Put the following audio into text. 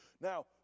Now